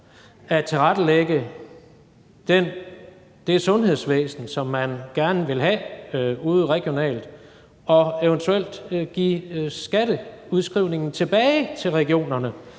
at tilrettelægge det sundhedsvæsen, som man gerne vil have ude regionalt, og eventuelt give skatteudskrivningen tilbage til regionerne,